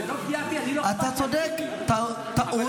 אתה צודק, טעות